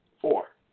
four